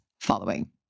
following